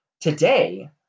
Today